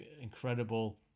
incredible